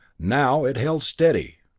now it held steady!